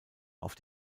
auf